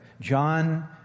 John